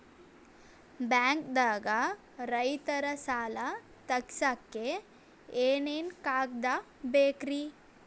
ಬ್ಯಾಂಕ್ದಾಗ ರೈತರ ಸಾಲ ತಗ್ಸಕ್ಕೆ ಏನೇನ್ ಕಾಗ್ದ ಬೇಕ್ರಿ?